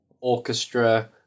orchestra